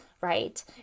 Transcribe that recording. right